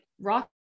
rock